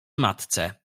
matce